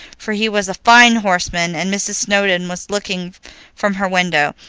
for he was a fine horseman, and mrs. snowdon was looking from her window.